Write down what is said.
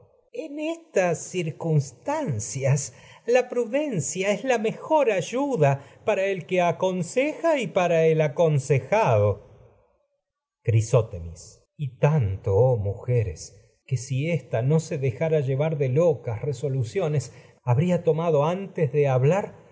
coro en circunstancias la prudencia es la mejor ayuda para el que aconseja y para el aconsejado crisótemis y tanto oh mujeres que si ésta no se dejara llevar de locas resoluciones habría tomado antes de hablar